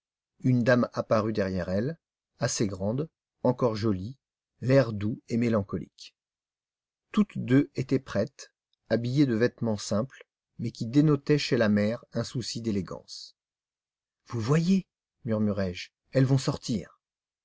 une dame apparut derrière elle assez grande encore jolie l'air doux et mélancolique toutes deux étaient prêtes habillées de vêtements simples mais qui dénotaient chez la mère un souci d'élégance vous voyez murmurai-je elles vont sortir